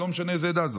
לא משנה מאיזו עדה.